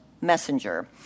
messenger